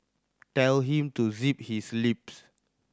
tell him to zip his lip